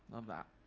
love that.